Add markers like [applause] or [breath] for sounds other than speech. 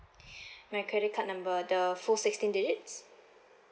[breath] my credit card number the full sixteen digits